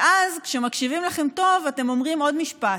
ואז, כשמקשיבים לכם טוב, אתם אומרים עוד משפט: